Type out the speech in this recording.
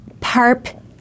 PARP